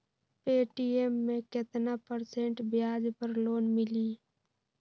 Paytm मे केतना percent ब्याज पर लोन मिली?